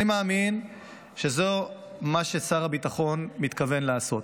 אני מאמין שזה מה ששר הביטחון מתכוון לעשות.